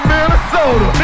Minnesota